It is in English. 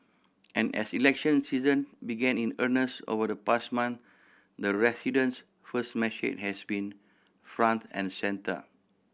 and as election season began in earnest over the past month the residents first message has been front and centre